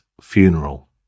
funeral